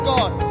God